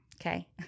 Okay